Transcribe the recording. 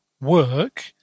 work